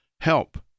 help